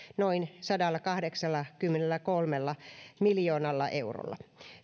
noin sadallakahdeksallakymmenelläkolmella miljoonalla eurolla